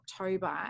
october